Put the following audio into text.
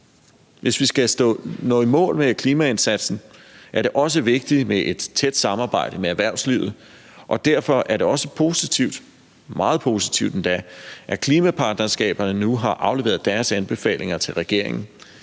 Hvis vi skal nå i mål med klimaindsatsen, er det også vigtigt med et tæt samarbejde med erhvervslivet, og derfor er det også positivt – meget positivt endda – at klimapartnerskaberne nu har afleveret deres anbefalinger til regeringen.